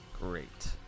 great